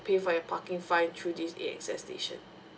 to pay for your parking fine through this E access station